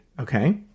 Okay